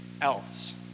else